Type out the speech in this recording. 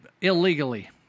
Illegally